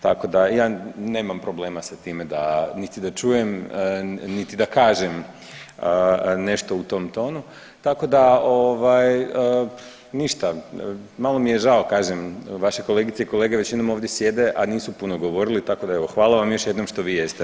Tako da, ja nemam problema sa time da niti da čujem niti da kažem nešto u tom tonu, tako da ovaj, ništa, malo mi je žao, kažem, vaše kolegice i kolege većinom ovdje sjede, a nisu puno govorili, tako da, evo, hvala vam još jednom što vi jeste.